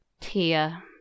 Tia